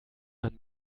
man